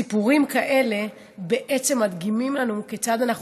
סיפורים כאלה מדגימים לנו כיצד אנחנו